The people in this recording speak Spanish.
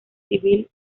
civil